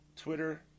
Twitter